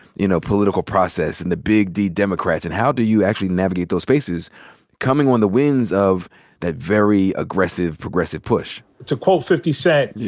you know, political process and the big-d democrats? and how do you actually navigate those spaces coming on the wins of that very aggressive, progressive push? to quote fifty cent, yeah